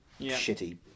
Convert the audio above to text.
shitty